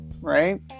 right